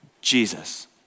Jesus